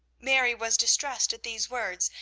mary was distressed at these words,